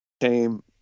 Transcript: came